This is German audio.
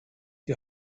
die